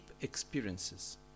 experiences